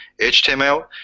HTML